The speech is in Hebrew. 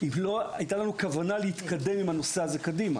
אם לא הייתה לנו כוונה להתקדם קדימה.